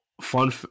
fun